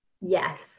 yes